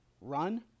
Run